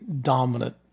dominant